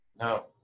No